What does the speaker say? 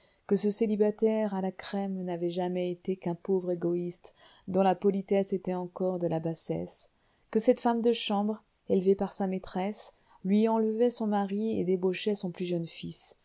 que ce célibataire à la crème n'avait jamais été qu'un pauvre égoïste dont la politesse était encore de la bassesse que cette femme de chambre élevée par sa maîtresse lui enlevait son mari et débauchait son plus jeune fils